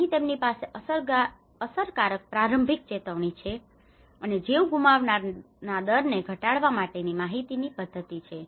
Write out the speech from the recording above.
અહીં તેમની પાસે અસરકારક પ્રારંભિક ચેતવણી છે અને જીવ ગુમાવવાના દરને ઘટાડવા માટેની માહિતીની પદ્ધતિ છે